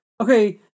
Okay